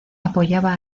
apoyaba